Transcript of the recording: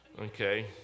Okay